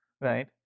right